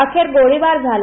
अखेरगोळीबार झाला